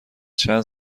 چند